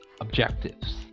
objectives